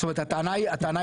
זאת אומרת הטענה היא פרסונליות.